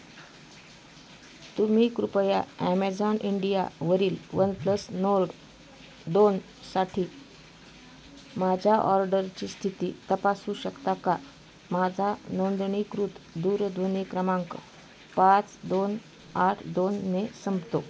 तुम्ही कृपया ॲमेझॉन इंडियावरील वन प्लस नोर्ड दोनसाठी माझ्या ऑर्डरची स्थिती तपासू शकता का माझा नोंदणीकृत दूरध्वनी क्रमांक पाच दोन आठ दोनने संपतो